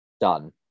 done